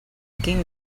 quin